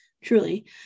truly